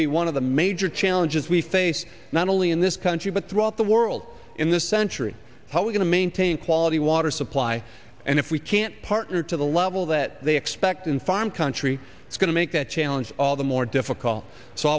be one of the major challenges we face not only in this country but throughout the world in this century how we're going to maintain quality water supply and if we can't partner to the level that they expect in farm country it's going to make the challenge all the more difficult so